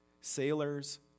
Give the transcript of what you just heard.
sailors